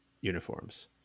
uniforms